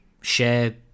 share